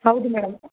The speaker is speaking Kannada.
ಹೌದು ಮೇಡಮ್